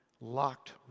locked